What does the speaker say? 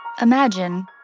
Imagine